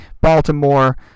Baltimore